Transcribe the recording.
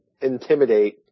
intimidate